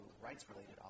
rights-related